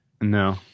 No